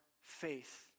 faith